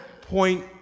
point